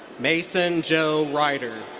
mason joe reiter.